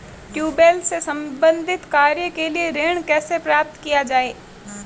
Tubewell से संबंधित कार्य के लिए ऋण कैसे प्राप्त किया जाए?